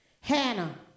Hannah